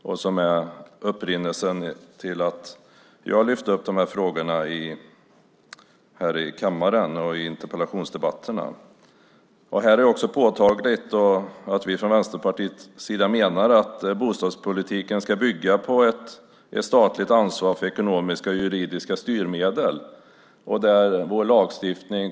Det var också upprinnelsen till att jag har lyft upp dessa frågor i interpellationsdebatter här i kammaren. Från Vänsterpartiets sida menar vi att bostadspolitiken ska bygga på ett statligt ansvar för ekonomiska och juridiska styrmedel.